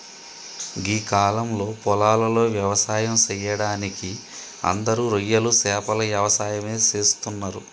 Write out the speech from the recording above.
గీ కాలంలో పొలాలలో వ్యవసాయం సెయ్యడానికి అందరూ రొయ్యలు సేపల యవసాయమే చేస్తున్నరు